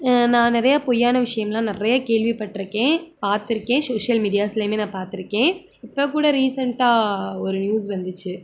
நான் நிறைய பொய்யான விஷயம்லாம் நிறைய கேள்விப்பட்டுருக்கேன் பார்த்துருக்கேன் சோஷியல் மீடியாவிலையுமே நான் பார்த்துருக்கேன் இப்போ கூட ரீசெண்ட்டாக ஒரு நியூஸ் வந்துச்சு